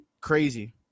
crazy